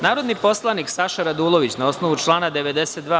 Narodni poslanik Saša Radulović, na osnovu člana 92.